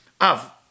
Av